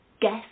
guess